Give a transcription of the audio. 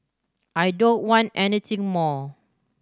I don't want anything more